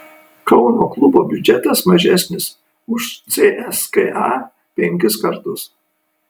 kauno klubo biudžetas mažesnis už cska penkis kartus